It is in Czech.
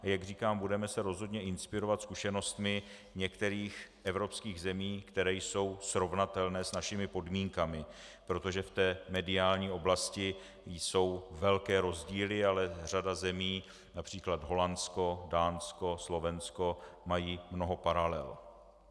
A jak říkám, budeme se rozhodně inspirovat zkušenostmi některých evropských zemí, které jsou srovnatelné s našimi podmínkami, protože v té mediální oblasti jsou velké rozdíly, ale řada zemí, např. Holandsko, Dánsko, Slovensko mají mnoho paralel.